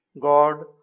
God